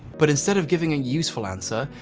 but instead of giving a useful answer,